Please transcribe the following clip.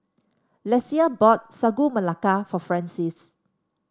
Lesia bought Sagu Melaka for Francies